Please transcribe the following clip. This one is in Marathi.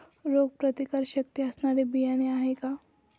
रोगप्रतिकारशक्ती असणारी बियाणे आहे का?